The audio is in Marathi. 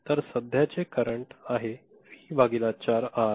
तर सध्याचे करंट आहे व्ही भागिले 4 आर